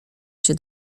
się